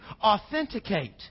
authenticate